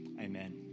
Amen